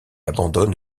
abandonne